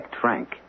Frank